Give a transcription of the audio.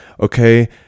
Okay